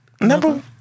Number